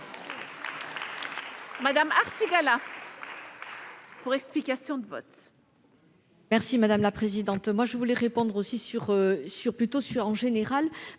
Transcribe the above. Viviane Artigalas, pour explication de vote.